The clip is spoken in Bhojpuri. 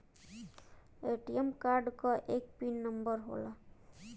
ए.टी.एम कार्ड क एक पिन नम्बर होला